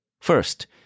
First